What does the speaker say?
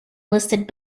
listed